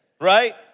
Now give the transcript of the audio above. Right